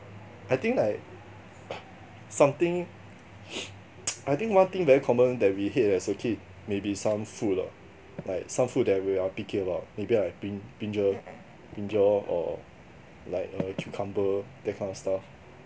I think like something I think one thing very common that we hate as a kid maybe some food lah like some food that we are picky about maybe like brin~ brinjal brinjal or like a cucumber that kind of stuff